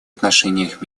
отношениях